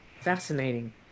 Fascinating